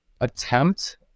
attempt